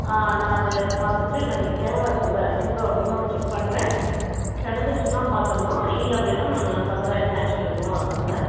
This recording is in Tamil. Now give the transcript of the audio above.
ஆ நான் அதை பார்த்துட்டு நான் இங்கே கேமரா இருக்குல்ல கேமரா மூலியுமாக நான் செக் பண்ணுறேன் கிடச்சிருச்சினா பார்த்துர்லாம் இல்லை அப்படின்னா நான் ஃபர்தராக என்ன ஆக்ஷன் எடுக்கணுமோ அது பண்ணுறேன்